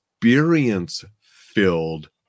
experience-filled